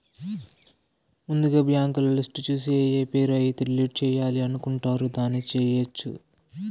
ముందుగా బ్యాంకులో లిస్టు చూసి ఏఏ పేరు అయితే డిలీట్ చేయాలి అనుకుంటారు దాన్ని చేయొచ్చు